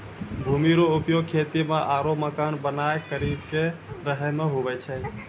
भूमि रो उपयोग खेती मे आरु मकान बनाय करि के रहै मे हुवै छै